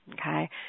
okay